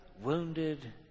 wounded